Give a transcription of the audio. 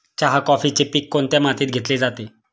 चहा, कॉफीचे पीक कोणत्या मातीत घेतले जाते?